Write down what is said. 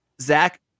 Zach